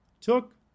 took